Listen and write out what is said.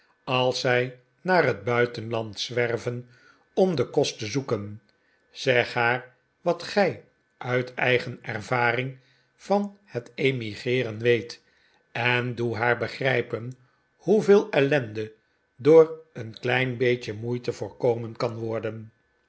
als zij naar het buitenland zwerven om den kost te zoeken zeg haar wat gij uit eigen ervaring van het emigreeren weet en doe haar begrijpen hoeveel ellende door een klein beetje moeite voorkomen kan worden